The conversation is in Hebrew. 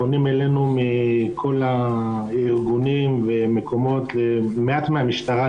פונים אלינו מכל הארגונים והמקומות מעט מהמשטרה,